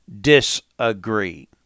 disagree